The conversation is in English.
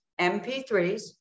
mp3s